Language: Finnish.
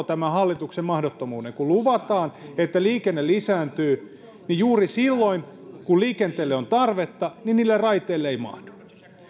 tämän hallituksen mahdottomuudesta kun luvataan että liikenne lisääntyy niin juuri silloin kun liikenteelle on tarvetta niille raiteille ei